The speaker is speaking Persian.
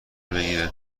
بگیره